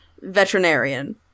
veterinarian